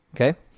okay